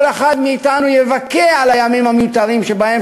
כל אחד מאתנו יבכה על הימים המיותרים שבהם